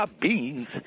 beans